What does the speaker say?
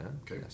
Okay